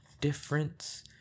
difference